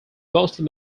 mostly